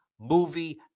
movie